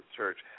Church